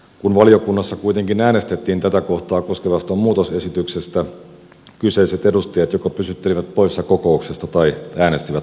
kun valiokunnassa kuitenkin äänestettiin tätä kohtaa koskevasta muutosesityksestä kyseiset edustajat joko pysyttelivät poissa kokouksesta tai äänestivät pohjan puolesta